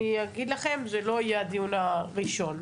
אני אגיד לכם, זה לא יהיה הדיון האחרון.